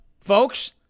folks